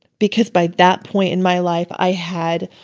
because by that point in my life, i had